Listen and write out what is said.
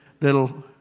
little